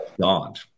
god